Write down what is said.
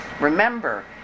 Remember